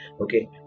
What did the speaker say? okay